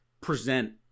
present